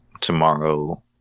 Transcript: tomorrow